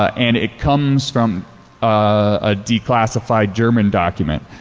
and it comes from a declassified german document.